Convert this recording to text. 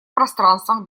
пространством